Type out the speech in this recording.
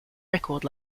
record